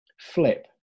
flip